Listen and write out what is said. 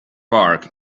park